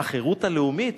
החירות הלאומית.